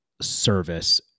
service